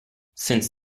since